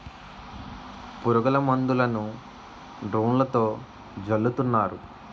పురుగుల మందులను డ్రోన్లతో జల్లుతున్నారు